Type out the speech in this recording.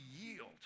yield